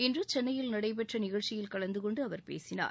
இன்று சென்னையில் நடைபெற்ற நிகழ்ச்சியில் கலந்து கொண்டு அவர் பேசினார்